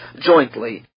jointly